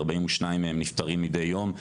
42 מהם נפטרים מידי יום,